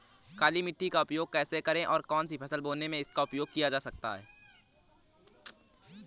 काली मिट्टी का उपयोग कैसे करें और कौन सी फसल बोने में इसका उपयोग किया जाता है?